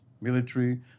military